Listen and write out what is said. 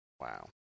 Wow